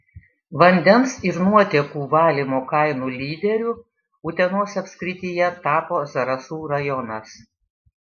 vandens ir nuotėkų valymo kainų lyderiu utenos apskrityje tapo zarasų rajonas